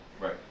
right